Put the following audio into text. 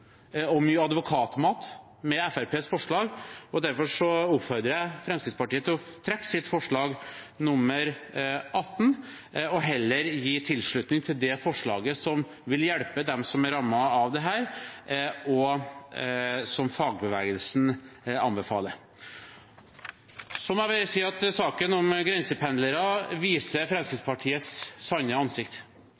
og mye advokatmat. Derfor oppfordrer jeg Fremskrittspartiet til å trekke sitt forslag nr. 18 og heller gi sin tilslutning til det forslaget som vil hjelpe dem som er rammet av dette, og som fagbevegelsen anbefaler. Så må jeg si at saken om grensependlere viser